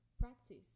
practice